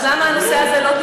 אבל למה לא צריך?